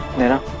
naina.